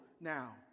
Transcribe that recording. now